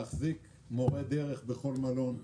להחזיק מורה דרך בכל מלון,